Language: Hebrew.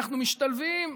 אנחנו משתלבים,